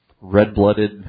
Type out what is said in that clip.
red-blooded